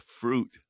fruit